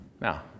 Now